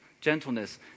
gentleness